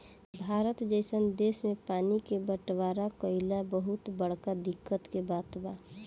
भारत जइसन देश मे पानी के बटवारा कइल बहुत बड़का दिक्कत के बात बा